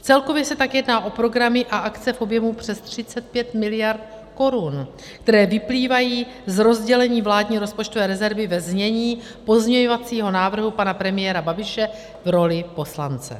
Celkově se tak jedná o programy a akce v objemu přes 35 mld. korun, které vyplývají z rozdělení vládní rozpočtové rezervy ve znění pozměňovacího návrhu pana premiéra Babiše v roli poslance.